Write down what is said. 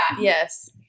yes